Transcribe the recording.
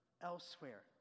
elsewhere